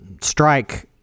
strike